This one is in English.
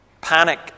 Panic